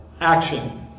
action